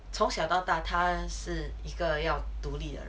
从小到大他是一个要独立的人